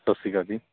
ਸਤਿ ਸ਼੍ਰੀ ਅਕਾਲ ਜੀ